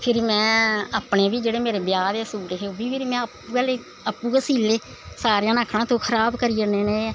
फिर में अपनें बी मेरे जेह्ड़े ब्याह् दे सूट हे ओह् बी में अप्पूं गै सीऽ ले सारेंआ नै आखनां तूं खऱाब करी ओड़नें न एह्